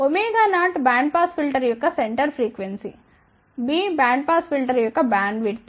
0 band pass filter యొక్క centre frequency B bandpass filter యొక్క bandwidth